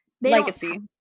Legacy